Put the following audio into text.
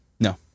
No